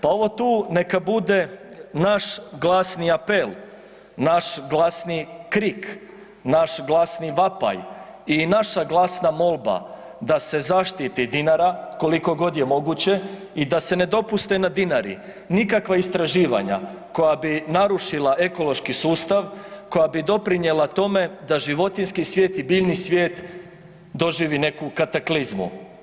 Pa ovo tu neka bude naš glasni apel, naš glasni krik, naš glasni vapaj i naša glasna molba da se zaštiti Dinara koliko god je moguće i da se ne dopuste na Dinari nikakva istraživanja koja bi narušila ekološki sustav, koja bi doprinijela tome da životinjski svijet i biljni svijet doživi neku kataklizmu.